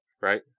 Right